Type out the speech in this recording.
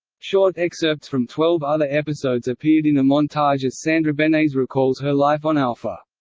short excerpts from twelve other episodes appeared in a montage as sandra benes recalls her life on alpha.